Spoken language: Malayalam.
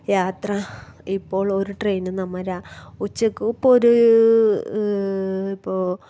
യാത്ര ഇപ്പോൾ ഒരു ട്രെയിനും നമ്മൾ ഉച്ചയ്ക്ക് ഇപ്പം ഒരു ഇപ്പോൾ